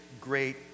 great